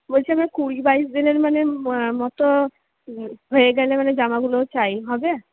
বলছি আমার কুড়ি বাইশ দিনের মানে মতো হয়ে গেলে মানে জামাগুলো চাই হবে